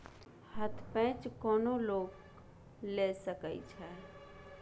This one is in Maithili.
हथ पैंच कोनो लोक लए सकैत छै